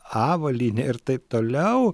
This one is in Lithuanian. avalynę ir taip toliau